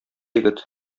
егет